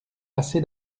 assez